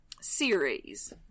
series